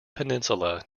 peninsula